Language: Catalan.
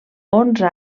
onze